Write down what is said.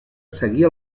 seguia